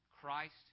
Christ